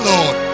Lord